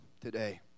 today